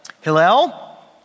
Hillel